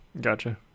Gotcha